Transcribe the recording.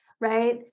right